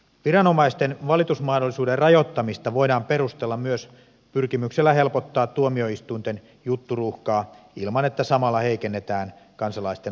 viranomaisten valitusmahdollisuuden rajoittamista voidaan perustella myös pyrkimyksellä helpottaa tuomioistuinten jutturuuhkaa ilman että samalla heikennetään kansalaisten oikeusturvaa